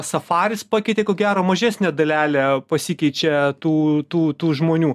safaris pakeitė ko gero mažesnė dalelė pasikeičia tų tų tų žmonių